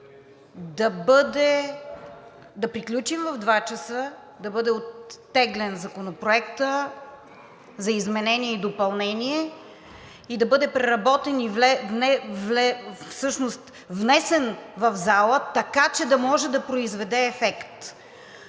да приключим в 14,00 ч., да бъде оттеглен Законопроектът за изменение и допълнение, да бъде преработен и внесен в залата, така че да може да произведе ефект.